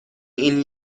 این